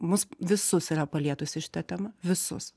mus visus yra palietusi šita tema visus